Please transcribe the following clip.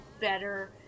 better